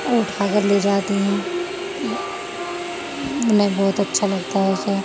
اور اٹھا کر لی جاتی ہیں انہیں بہت اچھا لگتا ہے اسے